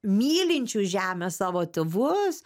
mylinčių žemę savo tėvus